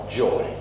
joy